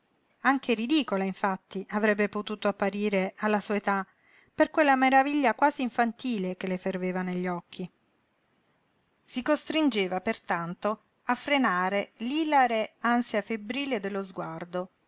anche ridicola infatti avrebbe potuto apparire alla sua età per quella maraviglia quasi infantile che le ferveva negli occhi si costringeva pertanto a frenare l'ilare ansia febbrile dello sguardo